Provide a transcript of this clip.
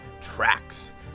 tracks